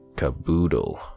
Caboodle